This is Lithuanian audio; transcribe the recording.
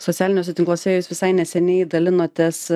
socialiniuose tinkluose jūs visai neseniai dalinotės